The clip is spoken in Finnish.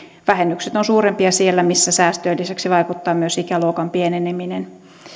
vähennykset ovat suurempia siellä missä säästöjen lisäksi vaikuttaa myös ikäluokan pieneneminen